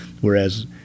Whereas